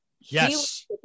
Yes